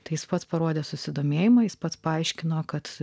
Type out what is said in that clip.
tai jis pats parodė susidomėjimą jis pats paaiškino kad